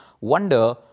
wonder